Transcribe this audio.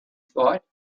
thought